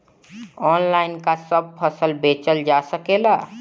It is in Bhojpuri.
आनलाइन का सब फसल बेचल जा सकेला?